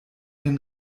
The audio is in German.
den